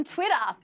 Twitter